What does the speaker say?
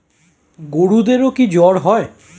গরুদেরও কি জ্বর হয়?